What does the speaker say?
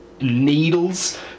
needles